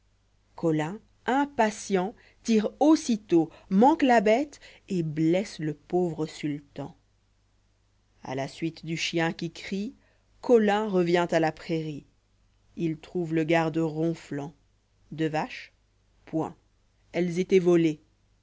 colin impatient tire aussitôt manque la bèté et blesse le pauvre sultan a la suite du chien qui crie colin revient à la prairie il trouve le garde ronflant de vaches point elles étaient volées